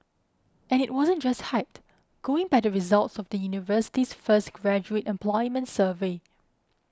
and it wasn't just hype going by the results of the university's first graduate employment survey